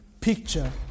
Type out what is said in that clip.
picture